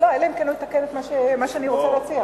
אבל מי שיושב לפני הבמה ומדבר, שומעים אותו עד פה.